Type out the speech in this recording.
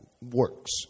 works